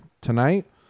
tonight